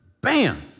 bam